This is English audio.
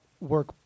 work